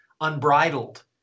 unbridled